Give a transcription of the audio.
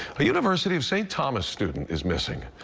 university of st. thomas student is missing.